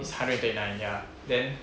it's hundred and twenty nine ya then